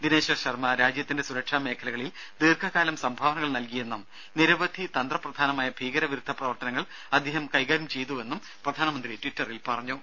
ദിനേശ്വർ ശർമ രാജ്യത്തിന്റെ സുരക്ഷാ മേഖലകളിൽ ദീർഘകാലം സംഭാവനകൾ നൽകിയെന്നും നിരവധി തന്ത്രപ്രധാനമായ ഭീകര വിരുദ്ധ പ്രവർത്തനങ്ങൾ അദ്ദേഹം കൈകാര്യം ചെയ്തുവെന്നും പ്രധാനമന്ത്രി ട്വിറ്ററിൽ പറഞ്ഞു